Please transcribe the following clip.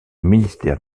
ministère